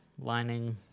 lining